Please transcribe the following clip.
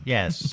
Yes